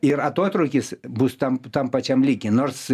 ir atotrūkis bus tam tam pačiam lygy nors